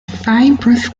fibrous